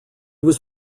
was